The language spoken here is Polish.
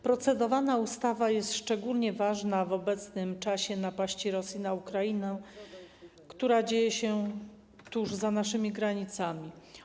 Procedowana ustawa jest szczególnie ważna w obecnym czasie napaści Rosji na Ukrainę, która dzieje się tuż za naszymi granicami.